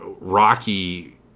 Rocky